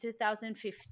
2015